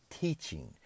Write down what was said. teaching